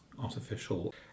artificial